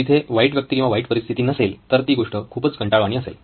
तिथे वाईट व्यक्ती किंवा वाईट परिस्थिती नसेल तर ती गोष्ट खूपच कंटाळवाणी असेल